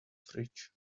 fridge